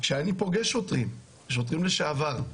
כשאני פוגש שוטרים, שוטרים לשעבר,